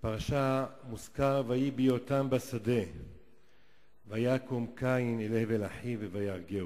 בפרשה מוזכר: "ויהי בהיותם בשדה ויקם קין אל הבל אחיו ויהרגהו.